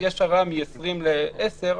שיש הרעה מ-20 ל-10,